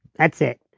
that's it.